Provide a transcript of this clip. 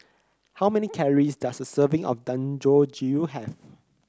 how many calories does a serving of Dangojiru have